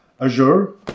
Azure